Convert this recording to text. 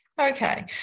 Okay